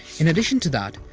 in addition to that,